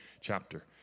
chapter